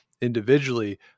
individually